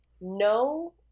no